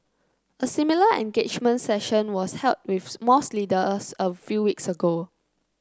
a similar engagement session was held with mosque leaders a few weeks ago